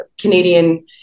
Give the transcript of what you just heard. Canadian